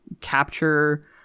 capture